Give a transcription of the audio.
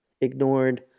Ignored